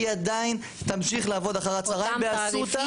היא עדיין תמשיך לעבוד אחר הצוהריים באסותא